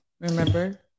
remember